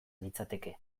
litzateke